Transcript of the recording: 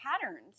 patterns